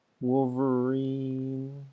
Wolverine